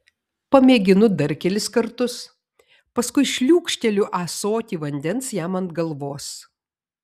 pamėginu dar kelis kartus paskui šliūkšteliu ąsotį vandens jam ant galvos